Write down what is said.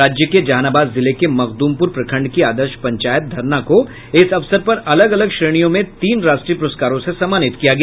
राज्य के जहानाबाद जिले के मखद्मप्रर प्रखंड की आदर्श पंचायत धरना को इस अवसर पर अलग अलग श्रेणियों में तीन राष्ट्रीय पुरस्कारों से सम्मानित किया गया